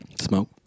Smoke